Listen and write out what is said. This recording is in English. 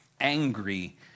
angry